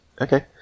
Okay